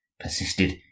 persisted